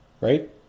Right